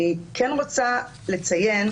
אני כן רוצה לציין,